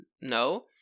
no